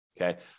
Okay